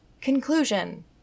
Conclusion